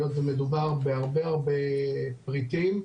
היות שמדובר בהרבה הרבה פריטים,